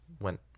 went